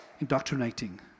indoctrinating